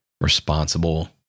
responsible